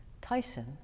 tyson